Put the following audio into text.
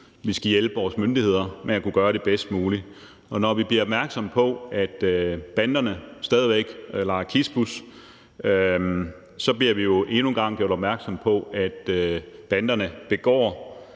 vi skal hjælpe vores myndigheder med at kunne gøre det bedst muligt. Og når vi bliver opmærksom på, at banderne stadig væk leger kispus, så bliver vi jo endnu en gang gjort opmærksom på, at banderne begår